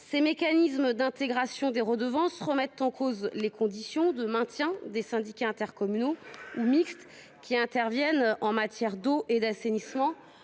Ces mécanismes d’intégration des redevances remettent en cause les conditions de maintien des syndicats intercommunaux ou mixtes qui interviennent en matière d’eau et d’assainissement,